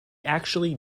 actually